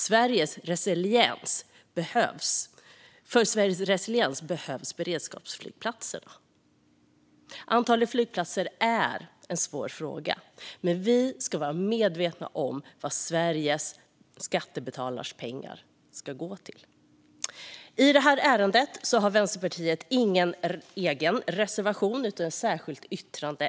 behövs beredskapsflygplatser för Sveriges resiliens. Vilket antal flygplatser vi ska ha är en svår fråga. Men vi ska vara medvetna om vad Sveriges skattebetalares pengar ska gå till. I det här ärendet har Vänsterpartiet ingen egen reservation utan ett särskilt yttrande.